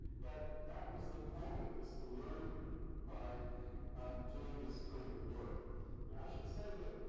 but that was the point, is to learn by doing this kind of work. now, i should say that